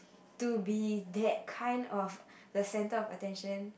to be that kind of the center of attention